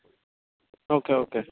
okay okay